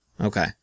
okay